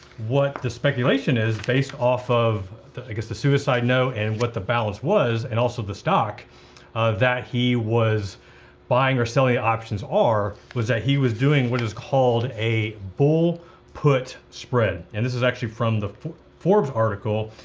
what the speculation is based off of the, i guess, the suicide note and what the balance was, and also the stock that he was buying or selling options are, was that he was doing what is called a bull put spread, and this is actually from the forbes article.